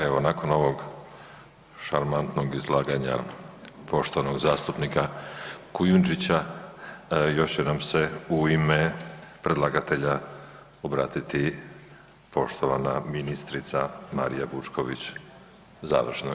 Evo nakon ovog šarmantnog izlaganja poštovanog zastupnika Kujundžića još će nam se u ime predlagatelja obratiti poštovana ministrica Marija Vučković završno.